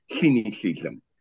cynicism